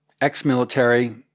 ex-military